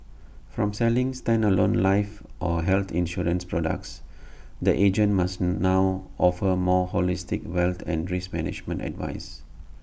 from selling standalone life or health insurance products the agent must now offer more holistic wealth and risk management advice